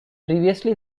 previously